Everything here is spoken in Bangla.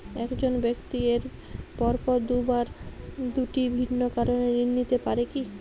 এক জন ব্যক্তি পরপর দুবার দুটি ভিন্ন কারণে ঋণ নিতে পারে কী?